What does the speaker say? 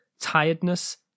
tiredness